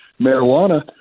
marijuana